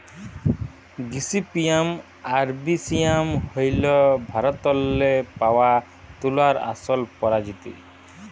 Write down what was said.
gossypium arboreum হ্যইল ভারতেল্লে পাউয়া তুলার আসল পরজাতি